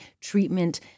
treatment